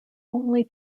only